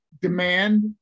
demand